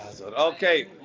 Okay